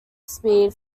speed